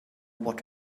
what